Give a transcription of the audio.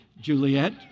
Juliet